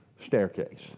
staircase